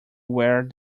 where